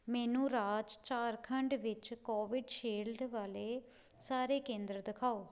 ਮੈਨੂੰ ਰਾਜ ਝਾਰਖੰਡ ਵਿੱਚ ਕੋਵਿਡਸ਼ਿਲਡ ਵਾਲੇ ਸਾਰੇ ਕੇਂਦਰ ਦਿਖਾਓ